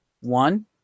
One